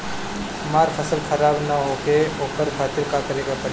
हमर फसल खराब न होखे ओकरा खातिर का करे के परी?